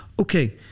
Okay